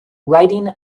riding